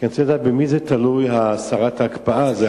אני רוצה לדעת במי זה תלוי, הסרת ההקפאה הזאת.